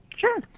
Sure